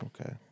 Okay